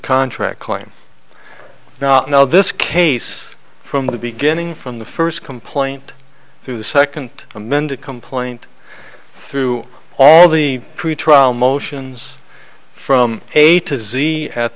contract claim not now this case from the beginning from the first complaint through the second amended complaint through all the pretrial motions from a to z at